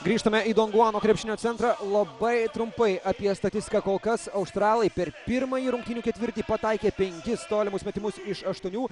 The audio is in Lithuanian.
grįžtame į donguano krepšinio centrą labai trumpai apie statistiką kol kas australai per pirmąjį rungtynių ketvirtį pataikė penkis tolimus metimus iš aštuonių